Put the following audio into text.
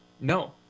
No